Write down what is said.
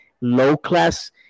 low-class